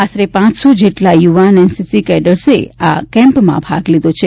આશરે પાંચસો જેટલા યુવાન એનસીસી કેડેટર્સે આ કેમ્પમાં ભાગ લીધો છે